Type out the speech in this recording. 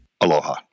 Aloha